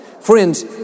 Friends